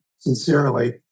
sincerely